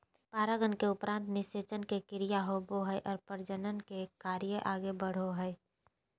परागन के उपरान्त निषेचन के क्रिया होवो हइ और प्रजनन के कार्य आगे बढ़ो हइ